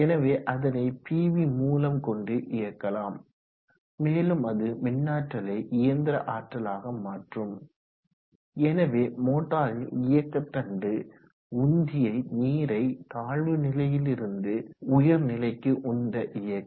எனவே அதனை பிவி மூலம் கொண்டு இயக்கலாம் மேலும் அது மின்னாற்றலை இயந்திர ஆற்றலாக மாற்றும் எனவே மோட்டாரின் இயக்கதண்டு உந்தியை நீரை தாழ்வு நிலையில் இருந்து உயர்நிலைக்கு உந்த இயக்கும்